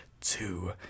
two